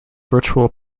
virtual